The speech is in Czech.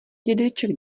dědeček